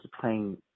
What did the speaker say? playing